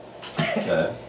Okay